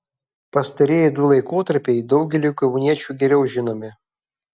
pastarieji du laikotarpiai daugeliui kauniečių geriau žinomi